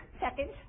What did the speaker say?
second